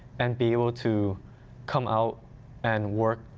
and be able to come out and worked,